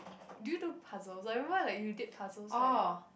do you do puzzle so everyone like you did puzzle so I